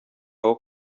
aho